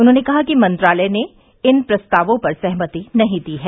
उन्होंने कहा कि मंत्रालय ने इन प्रस्तावों पर सहमति नहीं दी है